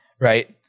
right